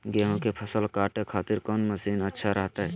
गेहूं के फसल काटे खातिर कौन मसीन अच्छा रहतय?